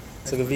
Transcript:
that's good